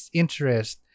interest